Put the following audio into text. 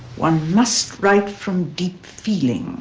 one must write from deep feeling,